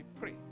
pray